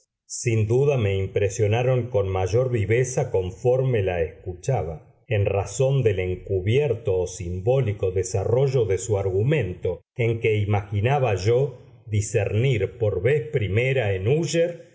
sin duda me impresionaron con mayor viveza conforme la escuchaba en razón del encubierto o simbólico desarrollo de su argumento en que imaginaba yo discernir por vez primera en úsher